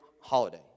holiday